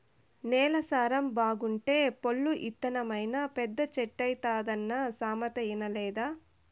నేల సారం బాగుంటే పొల్లు ఇత్తనమైనా పెద్ద చెట్టైతాదన్న సామెత ఇనలేదా